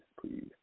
please